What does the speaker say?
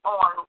on